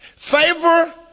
Favor